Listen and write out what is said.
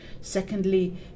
Secondly